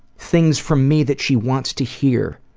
things from me that she wants to hear.